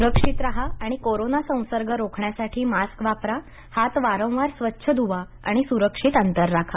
सुरक्षित राहा आणि कोरोना संसर्ग रोखण्यासाठी मास्क वापरा हात वारंवार स्वच्छ ध्वा आणि स्रक्षित अंतर राखा